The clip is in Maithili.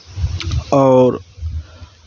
आओर